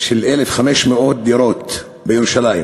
של 1,500 דירות בירושלים,